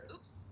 Oops